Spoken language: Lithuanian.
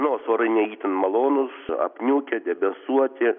nors orai ne itin malonūs apniukę debesuoti